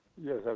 Yes